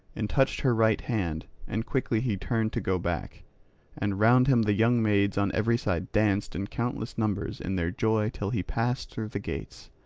and touched her right hand and quickly he turned to go back and round him the young maids on every side danced in countless numbers in their joy till he passed through the gates.